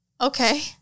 Okay